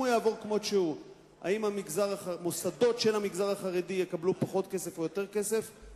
אם המוסדות של המגזר החרדי יקבלו פחות כסף או יותר כסף,